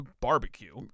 barbecue